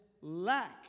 lack